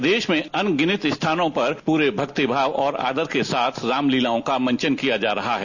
प्रदेश में अनगिनत स्थानों पर प्ररे भक्ति भाव और आदर के साथ रामलीलाओं का मंचन किया जा रहा है